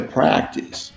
practice